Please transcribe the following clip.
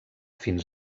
fins